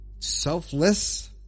selfless